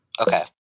Okay